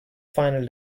final